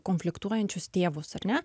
konfliktuojančius tėvus ar ne